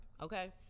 okay